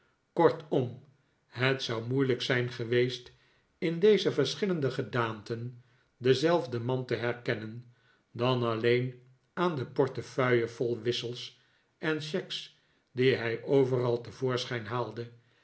kortom het zou moeilijk zijn geweest in deze verschillende gedaanten denzelfden man te herkennen dan alleen aan de portefeuille vol wissels en cheques die hij overal te voorschijn haalde